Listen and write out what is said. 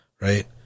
right